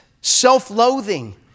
self-loathing